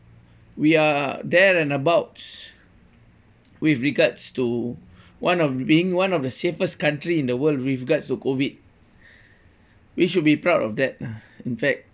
we are there and abouts with regards to one of being one of the safest country in the world with regards to COVID we should be proud of that in fact